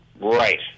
right